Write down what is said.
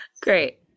Great